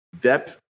depth